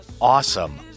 awesome